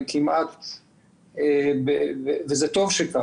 וטוב שכך,